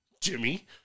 Jimmy